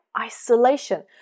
Isolation